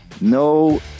no